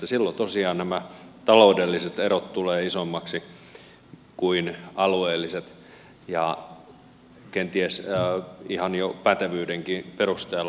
silloin tosiaan nämä taloudelliset erot tulevat isommiksi kuin alueelliset ja kenties ihan jo pätevyydenkin perusteella